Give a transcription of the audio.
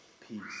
peace